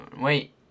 Wait